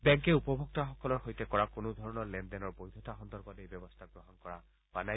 বেংকে উপভোক্তাসকলৰ সৈতে কৰা কোনো ধৰণৰ লেন দেনৰ বৈধতা সন্দৰ্ভত এই ব্যৱস্থা গ্ৰহণ কৰা হোৱা নাই